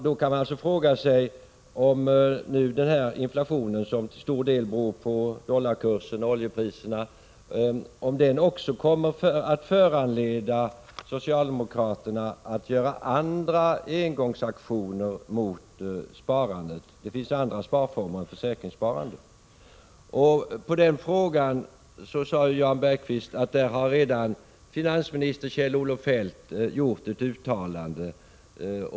Då kan man fråga sig om inflationen, som till stor del beror på dollarkursen och oljepriserna, också kommer att föranleda socialdemokraterna att genomföra andra engångsaktioner mot sparande — det finns ju andra sparformer än försäkringssparande. Där sade Jan Bergqvist att finansminister Kjell-Olof Feldt redan gjort ett uttalande.